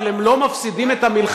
אבל הם לא מפסידים את המלחמה.